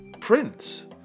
Prince